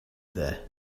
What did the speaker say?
there